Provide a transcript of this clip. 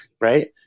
right